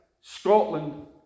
Scotland